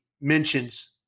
mentions